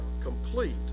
complete